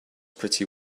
pretty